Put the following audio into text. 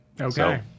Okay